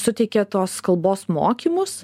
suteikia tos kalbos mokymus